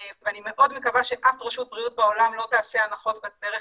ואני מאוד מקווה שאף רשות בריאות בעולם לא תעשה הנחות בדרך